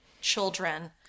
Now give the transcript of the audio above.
children